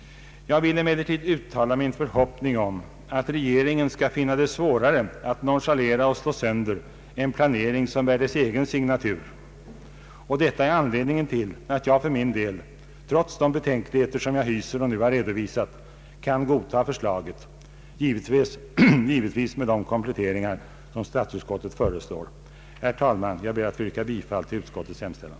Jag vill emellertid uttala min förhoppning om att regeringen skall finna det svårare att nonchalera och slå sönder en planering som bär dess egen signatur. Detta är anledningen till att jag för min del — trots de betänkligheter som jag hyser och nu har redovisat — kan godta förslaget, givetvis med de kompletteringar som statsutskottet föreslår. Herr talman! Jag ber att få yrka bifall till utskottets hemställan.